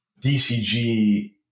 DCG